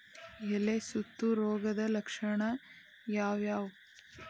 ಎಲೆ ಸುತ್ತು ರೋಗದ ಲಕ್ಷಣ ಯಾವ್ಯಾವ್?